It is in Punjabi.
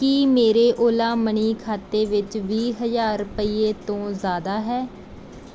ਕੀ ਮੇਰੇ ਓਲਾ ਮਨੀ ਖਾਤੇ ਵਿੱਚ ਵੀਹ ਹਜ਼ਾਰ ਰੁਪਈਏ ਤੋਂ ਜ਼ਿਆਦਾ ਹੈ